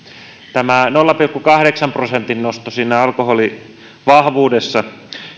tämä nolla pilkku kahdeksan prosentin nosto siinä alkoholivahvuudessa